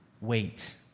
wait